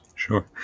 Sure